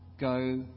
go